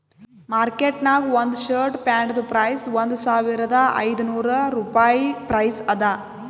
market ನಾಗ್ ಒಂದ್ shirt ಪ್ಯಾಂಟ್ದು ಪ್ರೈಸ್ ಒಂದ್ ಸಾವಿರದ ಐದ ನೋರ್ ರುಪಾಯಿ ಪ್ರೈಸ್ ಅದಾ